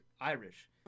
Irish